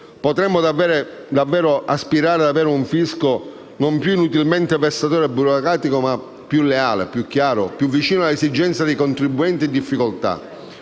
Potremo davvero aspirare ad avere un fisco non più inutilmente vessatorio e burocratico, ma più leale, più chiaro, più vicino alle esigenze dei contribuenti in difficoltà.